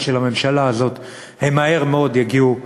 של הממשלה הזאת הם מהר מאוד יגיעו,